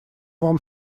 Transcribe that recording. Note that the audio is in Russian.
вам